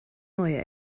neue